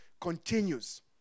continues